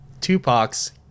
Tupac's